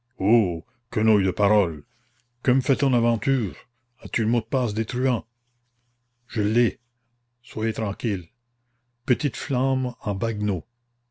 quenouille de paroles que me fait ton aventure as-tu le mot de passe des truands je l'ai soyez tranquille petite flambe en